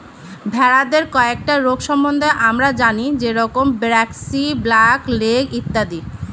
ভেড়াদের কয়েকটা রোগ সম্বন্ধে আমরা জানি যেরম ব্র্যাক্সি, ব্ল্যাক লেগ ইত্যাদি